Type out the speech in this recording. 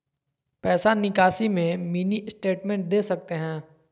पैसा निकासी में मिनी स्टेटमेंट दे सकते हैं?